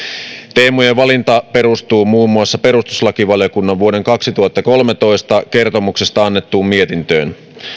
teemojen valinta perustuu muun muassa perustuslakivaliokunnan vuoden kaksituhattakolmetoista kertomuksesta antamaan mietintöön